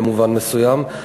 במובן מסוים.